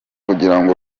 kugira